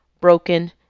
broken